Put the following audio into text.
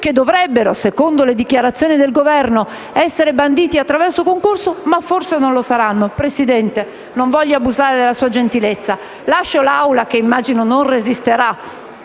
a ruoli che, secondo le dichiarazioni del Governo, dovrebbero essere banditi attraverso concorso, ma forse non lo saranno. Signora Presidente, non voglio abusare della sua gentilezza. Lascio l'Assemblea (che immagino non resisterà)